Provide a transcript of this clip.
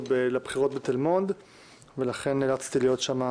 לגבי הבחירות בתל מונד ולכן נאלצתי להיות שם,